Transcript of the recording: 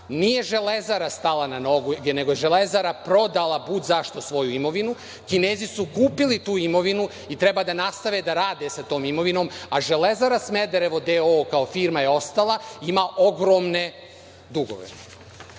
nije „Železara“ nije stala na noge, nego je „Železara“ prodala bud zašto svoju imovinu. Kinezi su kupili tu imovinu i treba da nastave sa tom imovinom, a „Železara Smederevo“ d.o.o. je kao firma ostala. Ima ogromne dugove. Ovde